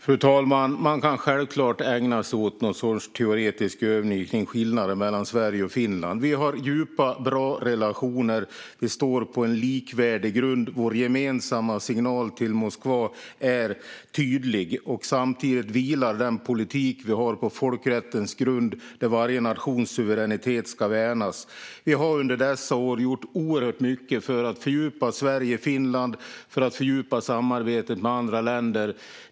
Fru talman! Man kan självklart ägna sig åt någon sorts teoretisk övning kring skillnaderna mellan Sverige och Finland. Vi har djupa och bra relationer. Vi står på en likvärdig grund. Vår gemensamma signal till Moskva är tydlig. Samtidigt vilar den politik vi har på folkrättens grund, där varje nations suveränitet ska värnas. Vi har under dessa år gjort oerhört mycket för att fördjupa samarbetet mellan Sverige och Finland och med andra länder.